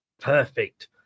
Perfect